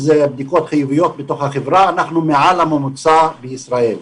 הבדיקות החיוביות בתוך החברה אנחנו מעל הממוצע בישראל.